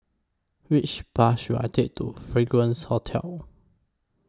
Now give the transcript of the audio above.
Which Bus should I Take to Fragrance Hotel